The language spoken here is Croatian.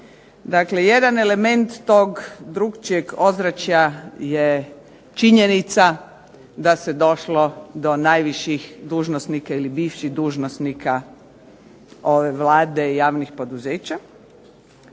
Dakle, jedan element tog drukčijeg ozračja je činjenica da se došlo do najviših dužnosnika ili bivših dužnosnika ove Vlade i javnih poduzeća.